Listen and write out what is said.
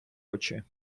очи